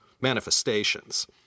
manifestations